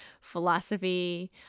philosophy